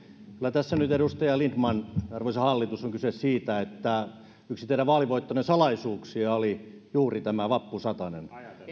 tässä nyt edustaja lindtman arvoisa hallitus on kyse siitä että yksi teidän vaalivoittonne salaisuuksia oli juuri tämä vappusatanen